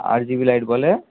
RGB light বলে